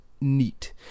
neat